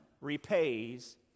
repays